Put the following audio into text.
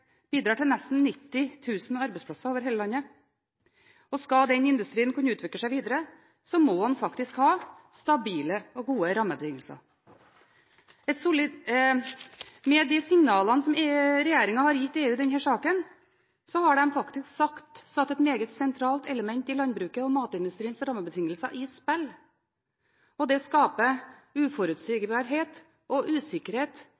bidrar til nesten 90 000 arbeidsplasser over hele landet. Skal den industrien kunne utvikle seg videre, må den faktisk ha stabile og gode rammebetingelser. Med de signalene som regjeringen har gitt til EU i denne saken, har de faktisk satt et meget sentralt element i landbruket og matindustriens rammebetingelser i spill. Det skaper uforutsigbarhet og usikkerhet